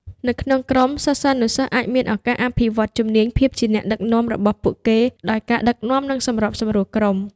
នៅក្នុងក្រុម សិស្សានុសិស្សអាចមានឱកាស អភិវឌ្ឍជំនាញភាពជាអ្នកដឹកនាំ របស់ពួកគេ ដោយការដឹកនាំ និងសម្របសម្រួលក្រុម។